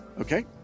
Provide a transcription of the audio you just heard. Okay